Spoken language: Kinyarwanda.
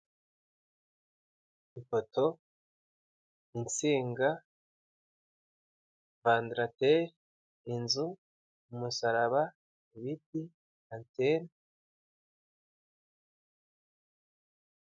Ipoto, insinga, vanderateri, inzu, umusaraba, ibiti, antene,